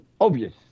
obvious